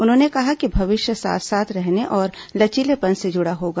उन्होंने कहा कि भविष्यं साथ साथ रहने और लचीलेपन से जुडा होगा